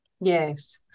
Yes